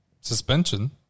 suspension